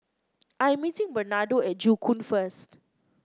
I'm meeting Bernardo at Joo Koon first